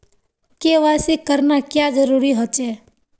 KYC करना क्याँ जरुरी होचे?